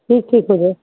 ठीकु ठीकु हुजे